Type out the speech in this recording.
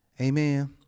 Amen